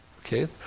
okay